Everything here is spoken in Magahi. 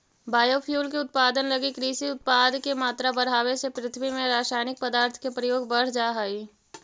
बायोफ्यूल के उत्पादन लगी कृषि उत्पाद के मात्रा बढ़ावे से पृथ्वी में रसायनिक पदार्थ के प्रयोग बढ़ जा हई